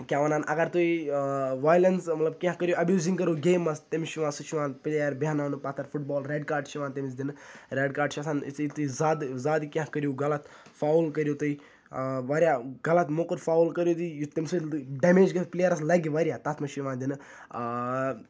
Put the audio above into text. کیٛاہ وَنان اَگَر تُہۍ وۄیلیٚنٕس مَطلَب کینٛہہ کٔرٕو ابیوزِنٛگ کٔرٕو گیمہِ مَنٛز تٔمِس چھُ یِوان سُہ چھُ یِوان پٕلیر بہناونہٕ پَتھَر فُٹ بال ریٚڈ کارڑ چھُ یِوان تٔمِس دِنہٕ ریٚڈ کارڑ چھُ آسان یُتھٕے تُہۍ زیادٕ زیادٕ کینٛہہ کٔرِو غَلَط فَوُل کٔرِو تُہۍ واریاہ غَلَط موٚکُر فَوُل کٔرِو تُہۍ یُتھ تمہِ سۭتۍ ڈیٚمیج گَژھِ پٕلیرَس لَگہٕ واریاہ تَتھ مَنٛز چھُ یِوان دِنہٕ